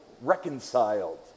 reconciled